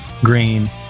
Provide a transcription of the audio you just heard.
green